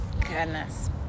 Goodness